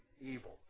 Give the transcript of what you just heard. evil